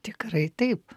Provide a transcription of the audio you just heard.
tikrai taip